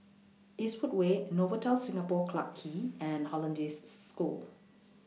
Eastwood Way Novotel Singapore Clarke Quay and Hollandse School